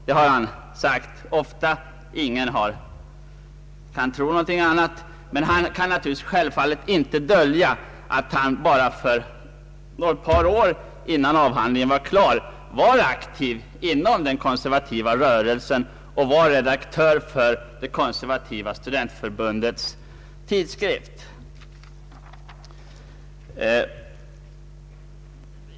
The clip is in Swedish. Det har han ofta sagt, och ingen kan tro någonting annat, men han kan naturligtvis inte dölja att han bara ett par år innan avhandlingen blev klar var aktiv inom den konservativa rörelsen och var redaktör för det konservativa studentförbundets tidskrift.